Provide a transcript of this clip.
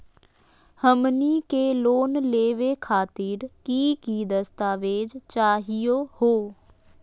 हमनी के लोन लेवे खातीर की की दस्तावेज चाहीयो हो?